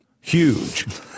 Huge